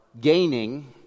gaining